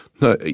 no